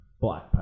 Black